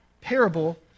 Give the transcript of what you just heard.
parable